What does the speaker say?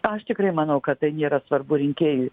aš tikrai manau kad tai nėra svarbu rinkėjui